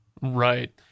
Right